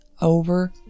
over